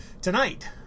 Tonight